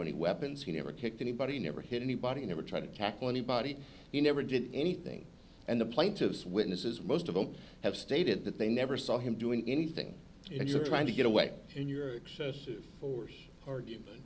any weapons he never kicked anybody never hit anybody never tried to tackle anybody he never did anything and the plaintiff's witnesses most of them have stated that they never saw him doing anything if you are trying to get away in your excessive force argument